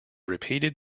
repeated